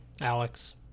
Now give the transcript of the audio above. Alex